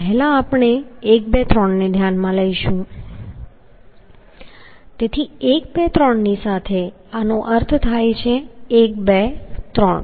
તો પહેલા આપણે 1 2 3 ને ધ્યાનમાં લઈશું તેથી 1 2 3 ની સાથે આનો અર્થ થાય છે 1 2 3